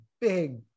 big